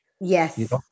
yes